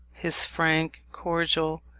his frank, cordial,